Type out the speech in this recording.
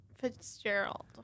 Fitzgerald